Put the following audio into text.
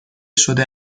شده